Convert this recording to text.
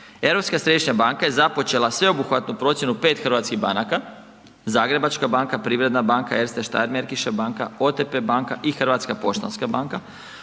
Europska središnja banka je započela sveobuhvatnu procjenu 5 hrvatskih banaka, Zagrebačka banka, Privredna banka, Erstesteiermarkische banka, OTP banka i Hrvatska poštanska banka.